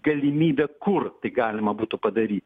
galimybę kur tai galima būtų padaryt